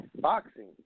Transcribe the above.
boxing